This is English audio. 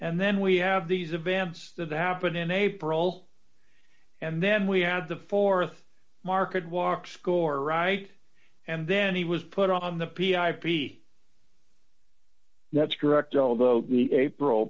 and then we have these vamps that happen in april and then we had the th market walk score right and then he was put on the p ip that's correct although the april